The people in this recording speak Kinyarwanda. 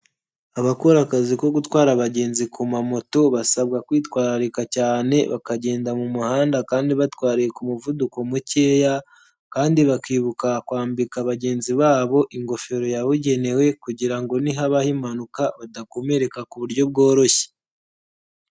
Abakora akazi ko gutwara abagenzi ku mamoto basabwa kwitwararika cyane bakagenda mu muhanda kandi batwariye ku muvuduko mukeya kandi bakibuka kwambika abagenzi babo ingofero yawugenewe kugira ngo nihabaho impanuka badakomereka ku buryo bworoshye.